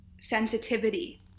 sensitivity